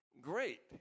great